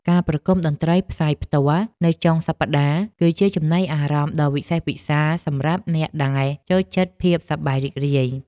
ការប្រគំតន្ត្រីផ្សាយផ្ទាល់នៅចុងសប្តាហ៍ គឺជាចំណីអារម្មណ៍ដ៏វិសេសវិសាលសម្រាប់អ្នកដែលចូលចិត្តភាពសប្បាយរីករាយ។